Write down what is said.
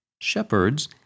shepherds